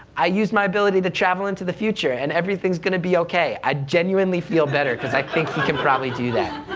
i used my ability to travel into the future, and everything's going to be okay. i'd genuinely feel better, because i think he can probably do that.